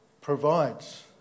Provides